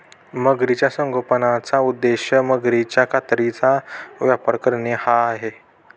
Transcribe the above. मगरीच्या संगोपनाचा उद्देश मगरीच्या कातडीचा व्यापार करणे हा आहे